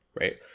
Right